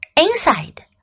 inside